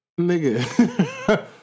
nigga